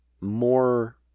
more